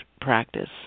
practice